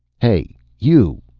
hey, you!